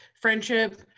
friendship